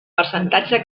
percentatge